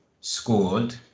scored